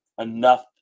enough